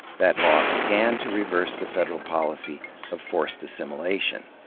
that law began to reverse the federal policy of forced assimilation,